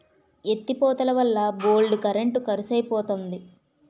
ఎత్తి పోతలవల్ల బోల్డు కరెంట్ కరుసైపోతంది